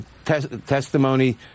testimony